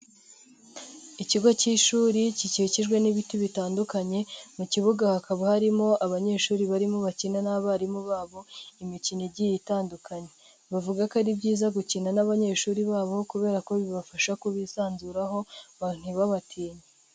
Ikigo k'ishuri gikikijwe n'ibiti bitandukanye, mu kibuga hakaba harimo abanyeshuri barimo bakina n'abarimu babo imikino igiye itandukanye, bavuga ko ari byiza gukina n'abanyeshuri babo kubera ko bibafasha kubisanzuraho ntibabatinye.